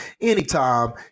anytime